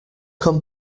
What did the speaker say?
come